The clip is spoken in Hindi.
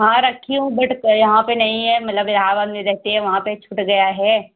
हाँ रखी हूँ बड़ क यहाँ पर नहीं है मल्लब यहाँ वहाँ में रहते हैं वहाँ पर छूट गया है